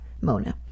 Mona